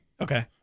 Okay